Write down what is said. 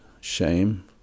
shame